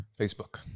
Facebook